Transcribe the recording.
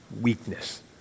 weakness